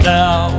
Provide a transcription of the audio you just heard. now